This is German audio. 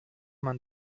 man